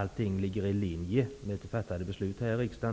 om den ligger i linje med beslut som fattats här i riksdagen.